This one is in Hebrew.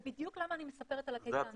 זה בדיוק למה אני מספרת על ה-case study האנגלי.